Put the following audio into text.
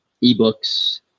E-books